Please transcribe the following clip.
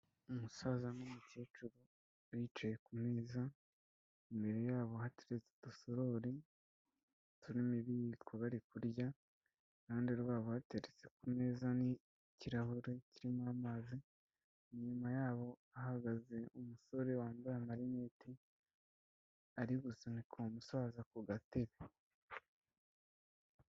Umusaza n'umukecuru bicaye ku meza, imbere ya bo hateretse udusorori turimo ibiyiko bari kurya, iruhande rwabo hateretse ku meza n'ikirahure kirimo amazi, inyuma yabo hahagaze umusore wambaye amarinete arimo asunika uwo mu umusaza ku gatebe.